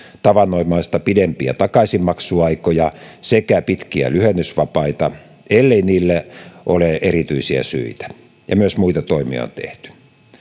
tavanomaista pidempiä takaisinmaksuaikoja sekä pitkiä lyhennysvapaita ellei niille ole erityisiä syitä ja myös muita toimia on tehty